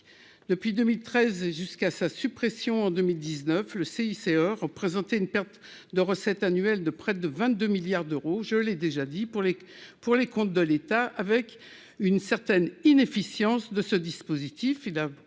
depuis 2013 jusqu'à sa suppression en 2019 le CICE représenter une perte de recettes annuelles de près de 22 milliards d'euros, je l'ai déjà dit pour les pour les comptes de l'État, avec une certaine inefficience de ce dispositif,